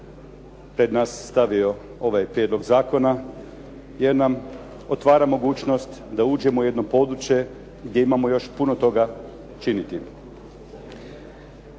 pred nas stavio ovaj prijedlog zakona jer nam otvara mogućnost da uđemo u jedno područje gdje imamo još puno toga činiti.